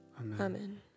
Amen